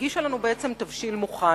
היא הגישה לנו בעצם תבשיל מוכן,